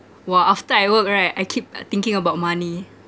!wah! after I work right I keep uh thinking about money